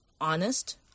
honest